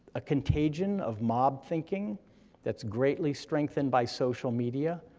a contagion of mob thinking that's greatly strengthened by social media,